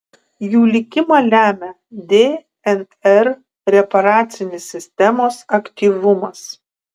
jų likimą lemia dnr reparacinės sistemos aktyvumas